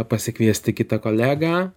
pasikviesti kitą kolegą